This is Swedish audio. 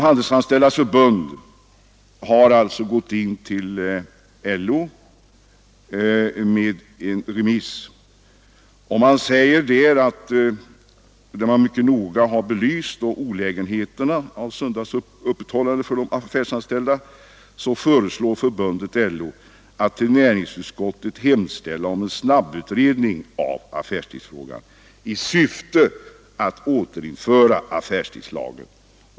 Handelsanställdas förbund har alltså gett in ett remissyttrande till LO där man mycket noga har belyst de olägenheter som för de affärsanställda är förenade med söndagsöppethållande. Förbundet föreslår LO att hos näringsutskottet hemställa om en snabbutredning av affärstidsfrågan i syfte att återinföra affärstidslagen.